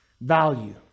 value